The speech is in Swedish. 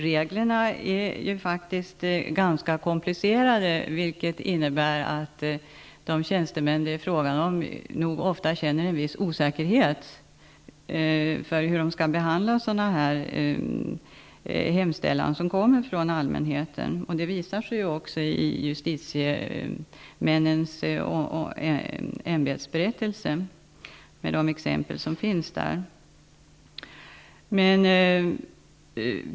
Reglerna är faktiskt ganska komplicerade, vilket innebär att de tjänstemän det är fråga om nog ofta känner en viss osäkerhet om hur de skall behandla en hemställan som kommer från allmänheten. Det framgår också av de exempel som finns i justitieombudsmännens ämbetsberättelse.